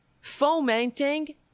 fomenting